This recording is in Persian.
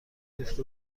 ریخته